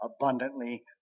abundantly